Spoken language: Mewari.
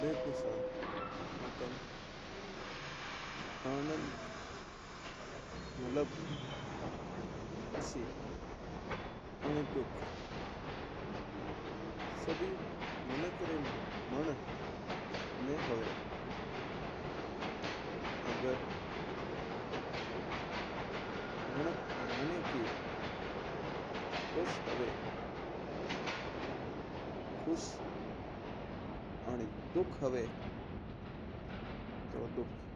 देखो सा हुक्म आनंद मतलब खुशी और दुख मिनाक्क में हुआ है। अगर मनक माना का खुश हुआ तो हुआ और दुख माना तो दुख हुआ।